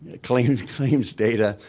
ah claims claims data